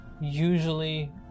Usually